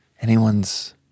anyone's